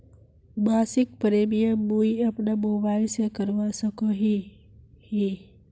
मासिक प्रीमियम मुई अपना मोबाईल से करवा सकोहो ही?